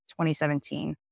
2017